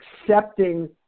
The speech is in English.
accepting